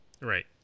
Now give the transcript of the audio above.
Right